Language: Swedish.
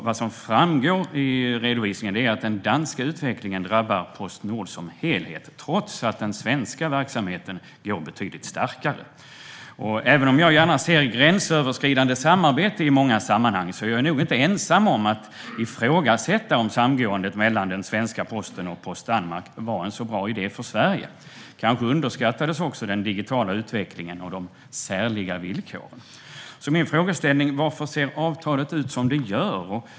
Vad som framgår i redovisningen är att den danska utvecklingen drabbar Postnord som helhet, trots att den svenska verksamheten går betydligt starkare. Även om jag gärna ser gränsöverskridande samarbete i många sammanhang är jag nog inte ensam om att ifrågasätta om samgåendet mellan svenska Posten och Post Danmark var en bra idé för Sverige. Kanske underskattades också den digitala utvecklingen och de särliga villkoren. Jag vill fråga varför avtalet ser ut som det gör.